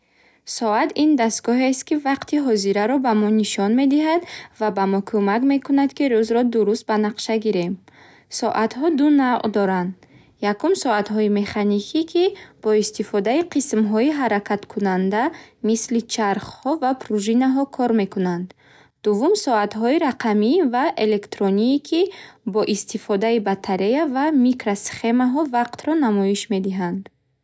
Соат ин дастгоҳест, ки вақти ҳозираро ба мо нишон медиҳад ва ба мо кӯмак мекунад, ки рӯзро дуруст ба нақша гирем. Соатҳо ду навъ доранд. Якум соатҳои механикӣ, ки бо истифодаи қисмҳои ҳаракаткунанда, мисли чархҳо ва пружинаҳо кор мекунанд. Дувум соатҳои рақамӣ ва электронии, ки бо истифодаи батарея ва микросхемаҳо вақтро намоиш медиҳанд.